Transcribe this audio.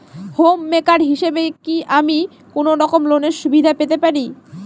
Home maker হিসেবে কি আমি কোনো রকম লোনের সুবিধা পেতে পারি?